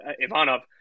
Ivanov